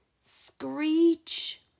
Screech